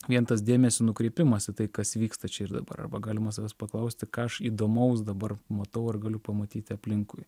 vien tas dėmesio nukrypimas į tai kas vyksta čia ir dabar arba galima savęs paklausti ką aš įdomaus dabar matau ar galiu pamatyti aplinkui